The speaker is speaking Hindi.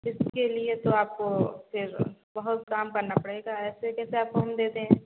इसके लिए तो आपको फिर बहुत काम करना पड़ेगा ऐसे कैसे आपको हम दे दें